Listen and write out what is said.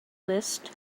list